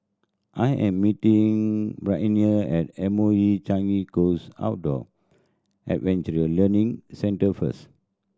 I am meeting Brianne at M O E Changi Coast Outdoor Adventure Learning Centre first